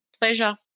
Pleasure